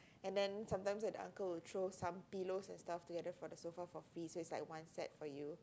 and then sometimes right uncle will throw some pillows and stuff to you for the sofa for free so it's like a one set for you